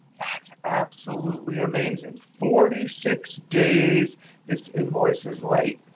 that's absolutely amazing. forty six days this invoices late.